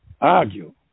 argue